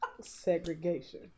segregation